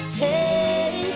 hey